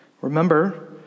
Remember